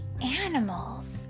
animals